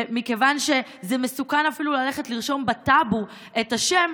ומכיוון שזה מסוכן אפילו ללכת לרשום בטאבו את השם,